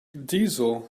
diesel